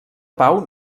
pau